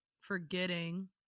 forgetting